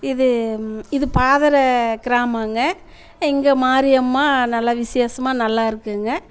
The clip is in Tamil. இது இது பாதர கிராமங்க இங்கே மாரியம்மா நல்லா விசேஷமாக நல்லா இருக்குங்க